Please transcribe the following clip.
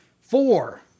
Four